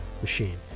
machine